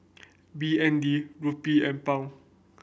B N D Rupee and Pound